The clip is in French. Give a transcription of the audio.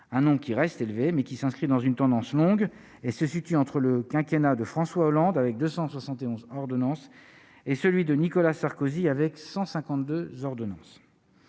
un nom qui reste élevé mais qui s'inscrit dans une tendance longue et se situe entre le quinquennat de François Hollande avec 271 ordonnance et celui de Nicolas Sarkozy, avec 152 ordonnance